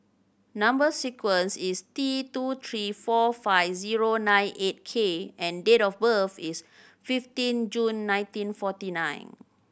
number sequence is T two three four five zero nine eight K and date of birth is fifteen June nineteen forty nine